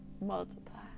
multiply